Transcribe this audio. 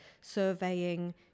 surveying